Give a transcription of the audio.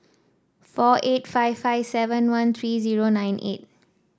four eight five five seven one three zero nine eight